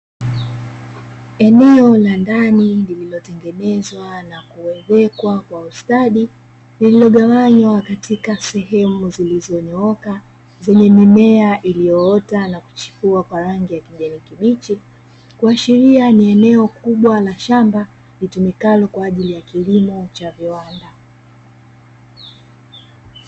Eneo la ndani lililotengenezwa na kuezekwa kwa ustadi, lililo gawanywa katika sehemu zilizonyooka zimemea iliyoota na kuchipua kwa rangi ya kijani kibichi, kushiria ni eneo kubwa la shamba litumikalo kwa ajili ya kilimo cha viwanda.